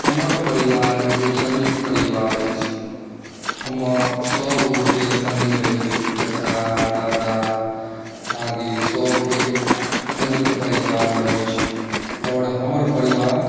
हमर परिवार एगो संयुक्त परिवार अछि हम सभ गोटे सङ्गे रहै छथि चाचा दादा दादी सभगोटे संयुक्त परिवारमे रहै छी आओर हमर परिवार